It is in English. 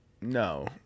no